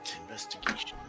Investigation